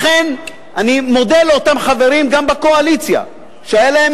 לכן אני מודה לאותם חברים גם בקואליציה שהיה להם